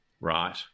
Right